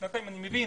שנתיים אני מבין.